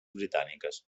britàniques